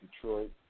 Detroit